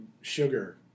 sugar